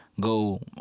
go